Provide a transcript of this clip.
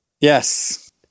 Yes